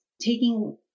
taking